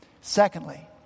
Secondly